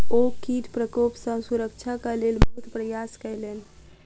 ओ कीट प्रकोप सॅ सुरक्षाक लेल बहुत प्रयास केलैन